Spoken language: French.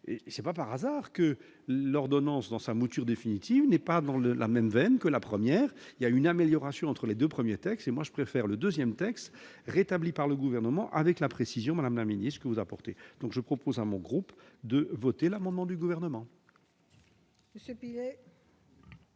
et c'est pas par hasard que l'ordonnance dans sa mouture définitive n'est pas dans le la même veine que la première il y a une amélioration entre les 2 premiers textes et moi je préfère le 2ème texte rétabli par le gouvernement avec la précision, Madame la Ministre, que vous apportez, donc je propose à mon groupe de voter l'amendement du gouvernement.